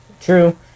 true